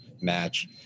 match